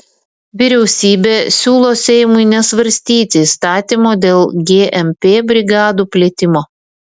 vyriausybė siūlo seimui nesvarstyti įstatymo dėl gmp brigadų plėtimo